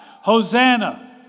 Hosanna